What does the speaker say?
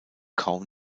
kaum